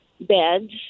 beds